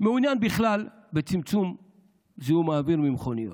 מעוניין בכלל בצמצום זיהום האוויר ממכוניות,